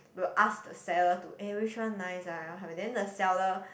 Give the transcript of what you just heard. will ask the seller to eh which one nice ah then the seller